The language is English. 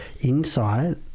insight